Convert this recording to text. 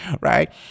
right